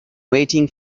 waiting